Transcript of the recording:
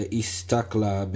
istakla